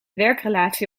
werkrelatie